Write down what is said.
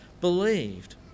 believed